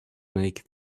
make